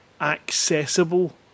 accessible